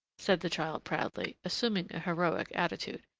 said the child, proudly, assuming a heroic attitude,